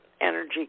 energy